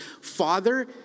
father